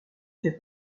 fait